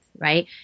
right